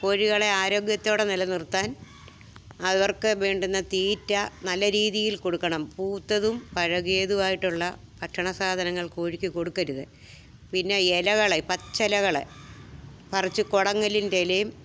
കോഴികളെ ആരോഗ്യത്തോടെ നിലനിർത്താൻ അവർക്ക് വേണ്ടുന്ന തീറ്റ നല്ല രീതിയിൽ കൊടുക്കണം പൂത്തതും പഴകിയതുമായിട്ടുള്ള ഭക്ഷണ സാധനങ്ങൾ കോഴിക്ക് കൊടുക്കരുത് പിന്നെ ഇലകള് പച്ചിലകള് പറിച്ച് കൊടങ്കലിൻ്റിലയും